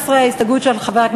אבחון אנשים עם פיגור,